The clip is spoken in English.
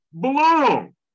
Belong